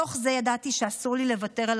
בתוך זה ידעתי שאסור לי לוותר על